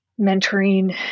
mentoring